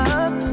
up